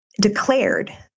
declared